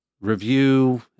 review